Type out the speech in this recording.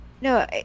no